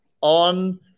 on